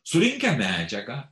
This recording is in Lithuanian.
surinkę medžiagą